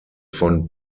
von